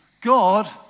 God